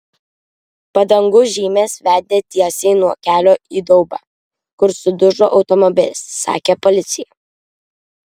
padangų žymės vedė tiesiai nuo kelio į daubą kur sudužo automobilis sakė policija